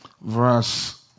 Verse